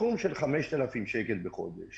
סכום של 5,000 שקל בחודש